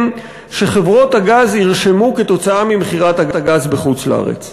שחברות הגז ירשמו כתוצאה ממכירת הגז בחוץ-לארץ.